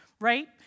right